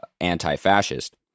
anti-fascist